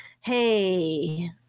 Hey